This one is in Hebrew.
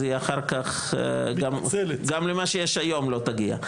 אז אחר כך גם למה שיש היום לא תגיע.